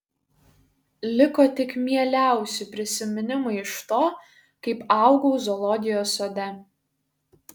liko tik mieliausi prisiminimai iš to kaip augau zoologijos sode